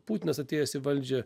putinas atėjęs į valdžią